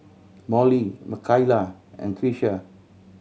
Mollie Makaila and Trisha